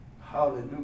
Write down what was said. Hallelujah